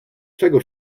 czego